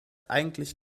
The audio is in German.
eigentlich